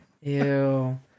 Ew